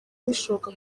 bishoboka